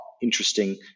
interesting